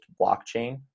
blockchain